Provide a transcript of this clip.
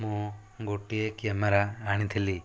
ମୁଁ ଗୋଟିଏ କ୍ୟାମେରା ଆଣିଥିଲି